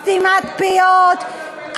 סתימת פיות.